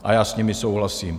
A já s nimi souhlasím.